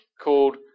called